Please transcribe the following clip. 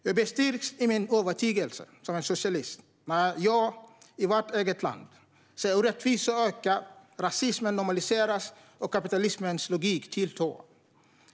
Jag stärks i min övertygelse som socialist när jag i vårt eget land ser orättvisor öka, rasismen normaliseras och kapitalismens logik tillta.